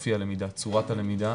אופי הלמידה וצורת הלמידה,